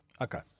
Okay